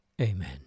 Amen